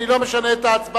אני לא משנה את ההצבעה,